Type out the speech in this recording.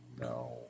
no